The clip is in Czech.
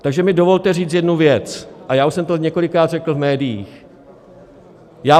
Takže mi dovolte říct jednu věc, já už jsem to několikrát řekl v médiích.